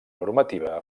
normativa